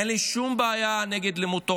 אין לי שום בעיה נגד לימוד תורה,